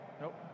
Nope